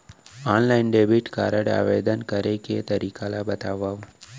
Online debit card आवेदन करे के तरीका ल बतावव?